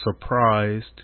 surprised